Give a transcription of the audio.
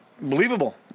believable